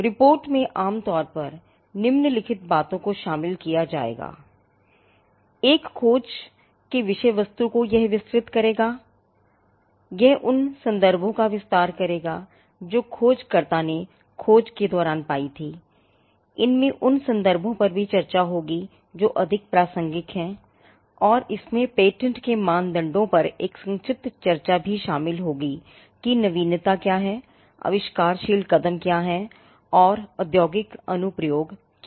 report में आमतौर पर निम्नलिखित बातों को शामिल किया जाएगा यह एक खोज के विषय वस्तु को विस्तृत करेगा यह उन संदर्भों का विस्तार करेगा जो खोजकर्ता ने खोज के दौरान पायी थी इसमें उन संदर्भों पर चर्चा होगी जो अधिक प्रासंगिक हैं और इसमें पेटेंट के मानदंडों पर एक संक्षिप्त चर्चा भी शामिल होगी कि नवीनता क्या है आविष्कारशील कदम क्या है और औद्योगिक अनुप्रयोग क्या है